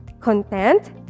content